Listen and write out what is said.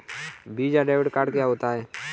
Visa debit card क्या होता है?